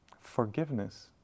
forgiveness